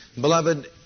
Beloved